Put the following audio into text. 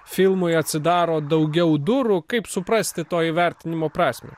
filmui atsidaro daugiau durų kaip suprasti to įvertinimo prasmę